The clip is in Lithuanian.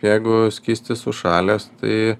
jeigu skystis užšalęs tai